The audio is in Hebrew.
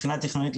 מבחינה תכנונית,